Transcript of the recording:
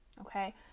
okay